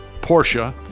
Porsche